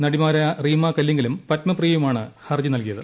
നടിമാരായ റീമാ കല്ലിംഗലും പത്മ പ്രിയയുമാണ് ഹർജി നൽകിയത്